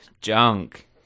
Junk